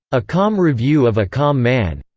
a calm review of a calm man.